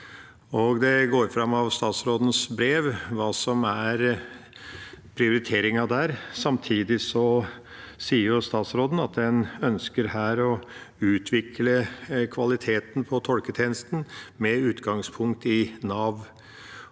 Det går fram av statsrådens brev hva som er prioriteringen der. Samtidig sier statsråden at en ønsker å utvikle kvaliteten på tolketjenesten med utgangspunkt i Nav,